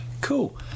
Cool